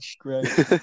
Great